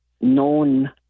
known